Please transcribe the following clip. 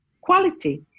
quality